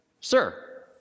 Sir